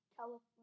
California